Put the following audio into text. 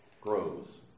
grows